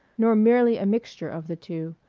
nor merely a mixture of the two,